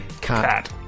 Cat